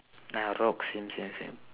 same same same